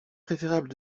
préférable